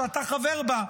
שאתה חבר בה,